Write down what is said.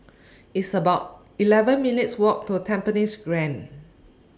It's about eleven minutes' Walk to Tampines Grande